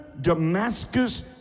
Damascus